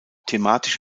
thematisch